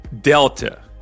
Delta